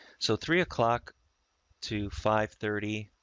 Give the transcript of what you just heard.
so three o'clock to five thirty,